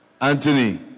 Anthony